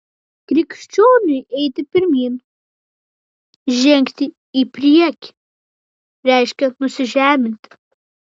krikščioniui eiti pirmyn žengti į priekį reiškia nusižeminti